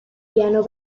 piano